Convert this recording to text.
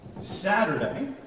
Saturday